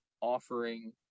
offering